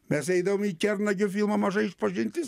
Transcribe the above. mes eidavom į kernagio filmą maža išpažintis